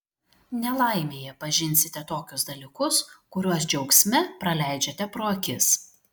nelaimėje pažinsite tokius dalykus kuriuos džiaugsme praleidžiate pro akis